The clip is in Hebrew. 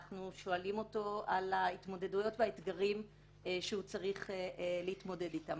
אנחנו שואלים אותו על ההתמודדויות והאתגרים שהוא צריך להתמודד איתם,